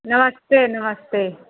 नमस्ते नमस्ते